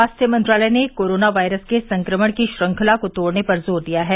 स्वास्थ्य मंत्रालय ने कोरोना वायरस के संक्रमण की श्रंखला को तोड़ने पर जोर दिया है